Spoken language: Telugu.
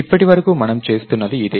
ఇప్పటి వరకు మనం చేస్తున్నది ఇదే